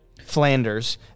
Flanders